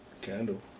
Candle